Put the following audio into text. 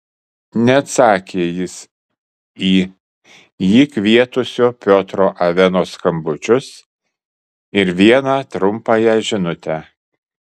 neatsakė jis į jį kvietusio piotro aveno skambučius ir vieną trumpąją žinutę